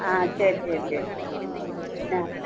ஆ சரி சரி சரி ஆ